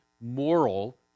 moral